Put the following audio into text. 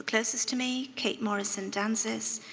closest to me. kate morrison dansis,